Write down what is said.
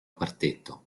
quartetto